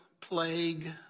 plague